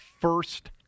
first